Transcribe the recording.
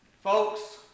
folks